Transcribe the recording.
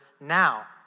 now